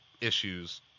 Issues